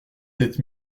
sept